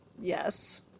Yes